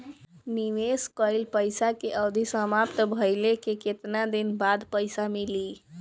निवेश कइल पइसा के अवधि समाप्त भइले के केतना दिन बाद पइसा मिली?